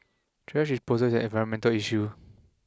trash disposal is an environmental issue